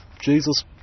Jesus